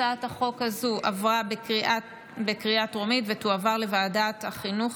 הצעת החוק התקבלה בקריאה טרומית ותועבר לוועדת החינוך,